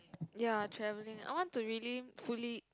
ya travelling I want to really fully